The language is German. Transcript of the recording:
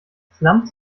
slums